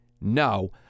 No